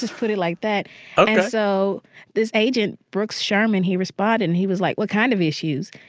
just put it like that. and so this agent, brooks sherman, he responded and he was like, what kind of issues?